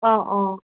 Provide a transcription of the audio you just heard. অঁ অঁ